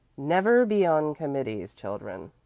never be on committees, children.